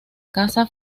casa